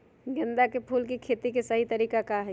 गेंदा के फूल के खेती के सही तरीका का हाई?